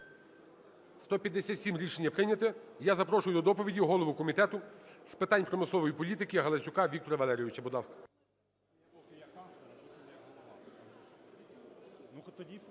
За-157 Рішення прийнято. Я запрошую до доповіді голову Комітету з питань промислової політики Галасюка Віктора Валерійовича.